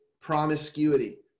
promiscuity